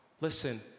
Listen